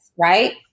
right